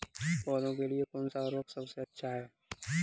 पौधों के लिए कौन सा उर्वरक सबसे अच्छा है?